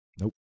Nope